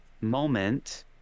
moment